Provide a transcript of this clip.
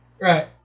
Right